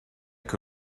que